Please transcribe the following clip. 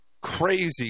Crazy